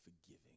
forgiving